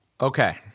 Okay